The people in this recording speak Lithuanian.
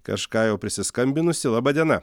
kažką jau prisiskambinusį laba diena